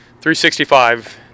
365